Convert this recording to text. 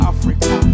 Africa